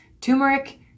turmeric